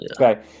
Okay